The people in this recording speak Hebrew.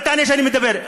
אל תענה כשאני מדבר.